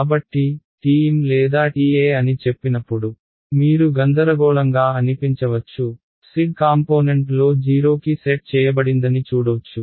కాబట్టి TM లేదా TE అని చెప్పినప్పుడు మీరు గందరగోళంగా అనిపించవచ్చు z కాంపోనెంట్లో 0 కి సెట్ చేయబడిందని చూడోచ్చు